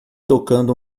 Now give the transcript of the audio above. tocando